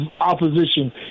opposition